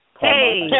Hey